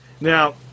Now